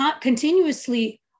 continuously